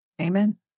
amen